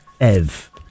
Ev